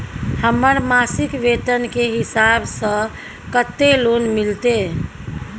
हमर मासिक वेतन के हिसाब स कत्ते लोन मिलते?